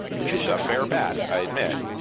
which is a fair bet, i admit.